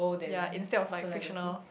ya instead of like fictional